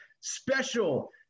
special